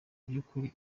by’ukuri